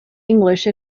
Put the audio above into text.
english